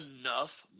enough